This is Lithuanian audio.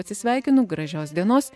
atsisveikinu gražios dienos